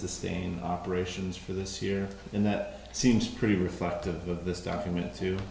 sustain operations for this year and that seems pretty reflective of this document to